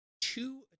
two